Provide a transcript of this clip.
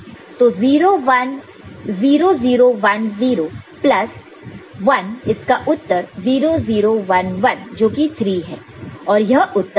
तो 0 0 1 0 प्लस 1 इसका उत्तर 0 0 1 1 जोकि 3 है और यह उत्तर पॉजिटिव है